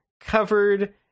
covered